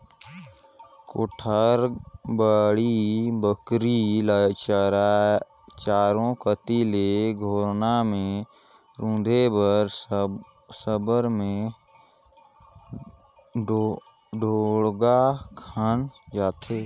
कोठार, बाड़ी बखरी ल चाएरो कती ले घोरना मे रूधे बर साबर मे ढोड़गा खनल जाथे